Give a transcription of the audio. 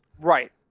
right